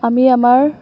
আমি আমাৰ